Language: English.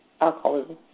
alcoholism